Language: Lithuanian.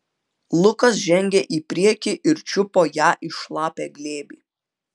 lukas žengė į priekį ir čiupo ją į šlapią glėbį